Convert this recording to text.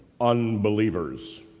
unbelievers